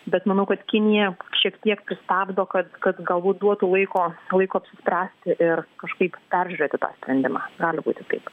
bet manau kad kinija šiek tiek pristabdo kad kad galbūt duotų laiko laiko apsispręsti ir kažkaip peržiūrėti tą sprendimą gali būti taip